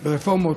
ברפורמות,